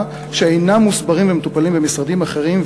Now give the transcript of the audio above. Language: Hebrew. ואינם מוסברים ומטופלים במשרדים אחרים?